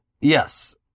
Yes